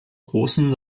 großen